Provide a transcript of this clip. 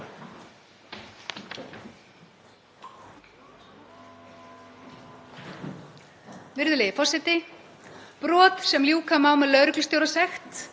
Virðulegi forseti. Brot sem ljúka má með lögreglustjórasekt: